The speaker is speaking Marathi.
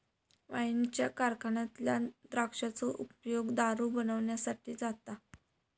वाईनच्या कारखान्यातल्या द्राक्षांचो उपयोग दारू बनवच्यासाठी जाता